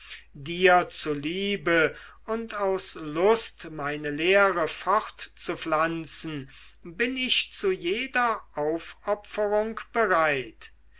dir zuliebe und aus lust meine lehre fortzupflanzen bin ich zu jeder aufopferung bereit